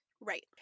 Right